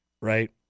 right